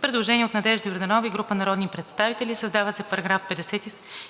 Предложение от Надежда Йорданова и група народни представители: „Създава се §